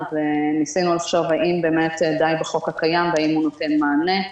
וניסינו לחשוב האם באמת די בחוק הקיים והאם הוא נותן מענה.